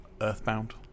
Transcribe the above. Earthbound